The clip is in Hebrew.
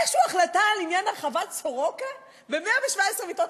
איכשהו החלטה על עניין הרחבת סורוקה ב-117 מיטות,